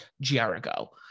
Jericho